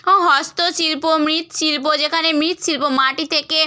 ও হস্তশিল্প মৃৎশিল্প যেখানে মৃৎশিল্প মাটি থেকে